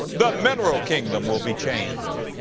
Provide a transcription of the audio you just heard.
the mineral kingdom will be changed.